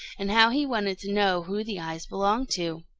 and how he wanted to know who the eyes belonged to.